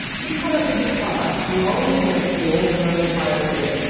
he caught up a guitar, and lolling against the old marble fireplace,